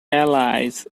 allies